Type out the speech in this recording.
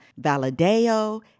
Valadeo